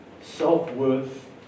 self-worth